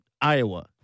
Iowa